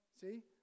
See